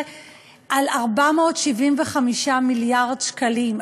475 מיליארד שקלים.